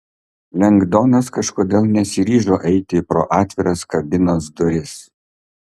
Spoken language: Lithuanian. lengdonas kažkodėl nesiryžo eiti pro atviras kabinos duris